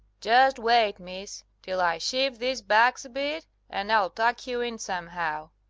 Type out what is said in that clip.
just wait, miss, till i shift these bags a bit and i'll tuck you in somehow.